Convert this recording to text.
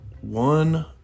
one